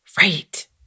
Right